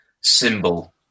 symbol